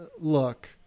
Look